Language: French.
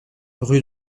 rue